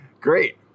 Great